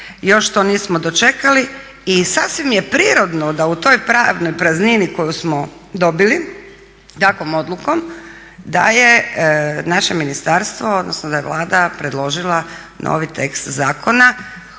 još to nismo dočekali. I sasvim je prirodno da u toj pravnoj praznini koju smo dobili takvom odlukom da je naše ministarstvo odnosno da je Vlada predložila novi tekst zakona